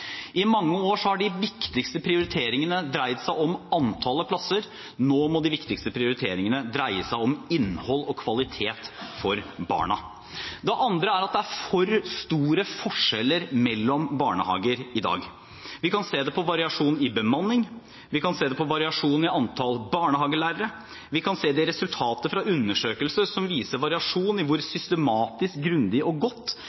I mange år har de viktigste prioriteringene dreid seg om antallet plasser. Nå må de viktigste prioriteringene dreie seg om innhold og kvalitet for barna. Det andre er at det er for store forskjeller mellom barnehager i dag. Vi kan se det på variasjon i bemanning. Vi kan se det på variasjon i antall barnehagelærere. Vi kan se det på resultater fra undersøkelser som viser variasjon i hvor systematisk, grundig og godt